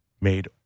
made